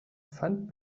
fand